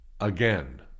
again